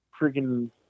freaking